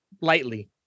lightly